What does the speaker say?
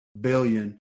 billion